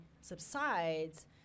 subsides